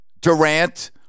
Durant